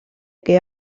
que